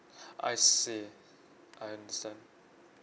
I see I understand